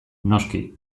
noski